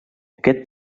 aquest